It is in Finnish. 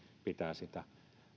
pitää sitä